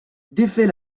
défait